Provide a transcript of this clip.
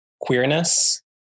queerness